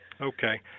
Okay